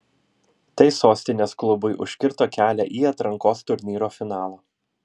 tai sostinės klubui užkirto kelią į atrankos turnyro finalą